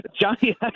Johnny